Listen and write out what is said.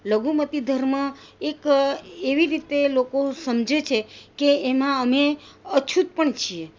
લઘુમતી ધર્મ એક એવી રીતે લોકો સમજે છે કે એમાં અમે અછૂત પણ છીએ